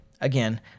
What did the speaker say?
again